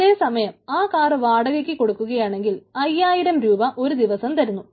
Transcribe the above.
അതേസമയം ആ കാർ വാടകയ്ക്ക് കൊടുക്കുകയാണെങ്കിൽ 5000 രൂപ ഒരു ദിവസം കിട്ടുന്നു